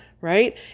right